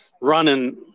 running